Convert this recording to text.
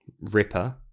ripper